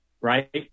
Right